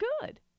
good